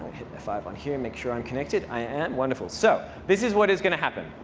f five on here and make sure i'm connected. i am. wonderful. so this is what is going to happen.